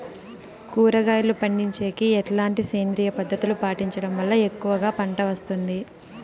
కూరగాయలు పండించేకి ఎట్లాంటి సేంద్రియ పద్ధతులు పాటించడం వల్ల ఎక్కువగా పంట వస్తుంది?